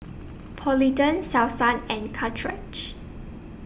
Polident Selsun and